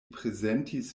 prezentis